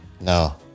no